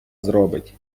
зробить